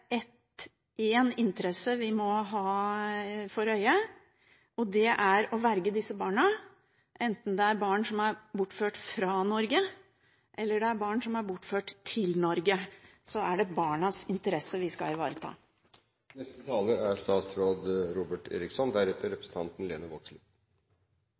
interesse vi må ha for øye, og det er å verge disse barna – enten det er barn som er bortført fra Norge, eller det er barn som er bortført til Norge. Det er barnas interesser vi skal